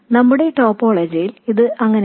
നമ്മുടെ ടോപ്പോളജിയിൽ ഇത് അങ്ങനെയല്ല